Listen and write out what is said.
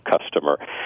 customer